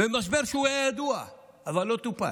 זה משבר שהיה ידוע אבל לא טופל.